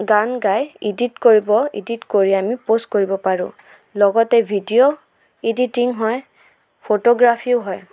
গান গায় এডিট কৰিব এডিট কৰি আমি প'ষ্ট কৰিব পাৰোঁ লগতে ভিডিঅ' এডিটিং হয় ফ'টোগ্ৰাফীও হয়